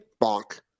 bonk